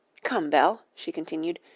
come, belle, she continued,